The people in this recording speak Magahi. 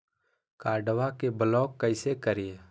कार्डबा के ब्लॉक कैसे करिए?